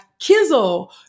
Kizzle